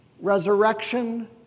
resurrection